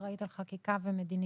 אחראית על חקיקה ומדיניות.